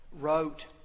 wrote